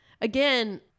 again